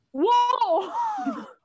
Whoa